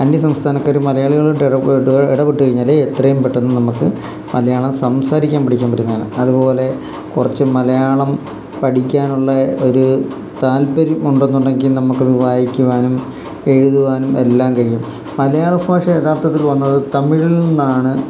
അന്യ സംസ്ഥാനക്കാരും മലയാളികളായിട്ട് ഇടപെട്ട് കഴിഞ്ഞാൽ എത്രയും പെട്ടെന്ന് നമുക്ക് മലയാളം സംസാരിക്കാൻ പഠിക്കാൻ പറ്റുന്നതാണ് അതുപോലെ കുറച്ച് മലയാളം പഠിക്കാനുള്ള ഒരു താല്പര്യം ഉണ്ടെന്നുണ്ടെങ്കിൽ നമുക്ക് അത് വായിക്കുവാനും എഴുതുവാനും എല്ലാം കഴിയും മലയാള ഭാഷ യഥാർത്ഥത്തിൽ വന്നത് തമിഴിൽ നിന്നാണ്